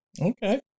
Okay